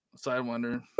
Sidewinder